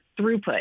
throughput